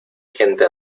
gente